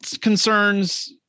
concerns